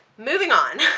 moving on.